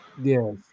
Yes